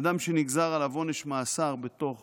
אדם שנגזר עליו עונש מאסר בתוך